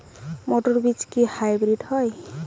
মটর বীজ কি হাইব্রিড হয়?